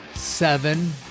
Seven